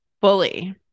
fully